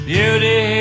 Beauty